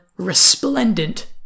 resplendent